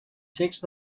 text